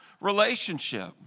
relationship